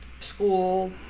school